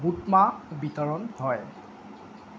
বুট মাহ বিতৰণ হয়